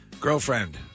girlfriend